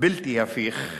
בלתי הפיך,